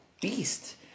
beast